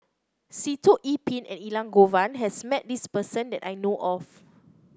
Sitoh Yih Pin and Elangovan has met this person that I know of